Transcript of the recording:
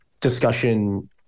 discussion